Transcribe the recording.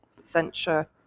censure